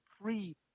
free